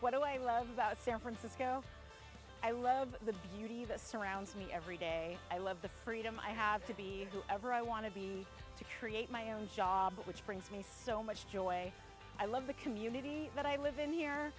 we love about san francisco i love the beauty that surrounds me every day i love the freedom i have to be ever i want to be to create my own job which brings me so much joy i love the community that i live in here